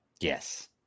Yes